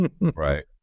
Right